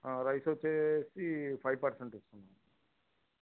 rice వచ్చి five percent ఇస్తున్నాం